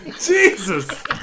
Jesus